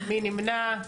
מי נמנע?